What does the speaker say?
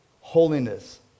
holiness